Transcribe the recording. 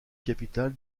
capital